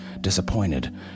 disappointed